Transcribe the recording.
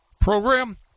program